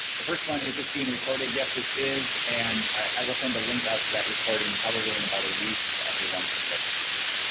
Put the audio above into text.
the first one, is this being recorded, yes this is. and i will send a link out to that recording probably in about a week to everyone who registered.